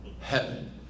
Heaven